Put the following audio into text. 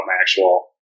actual